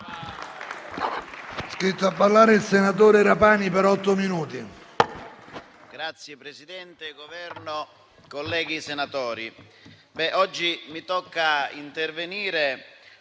Signor Presidente, Governo, colleghi senatori,